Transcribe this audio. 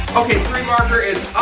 okay, three marker is